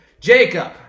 Jacob